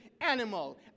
animal